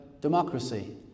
democracy